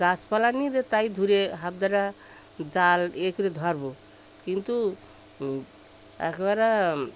গাছপালা নিয়ে যে তাই ধরে হাতটা জাল ইয়ে করে ধরব কিন্তু একেবারে